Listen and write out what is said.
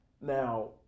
Now